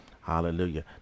Hallelujah